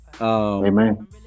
Amen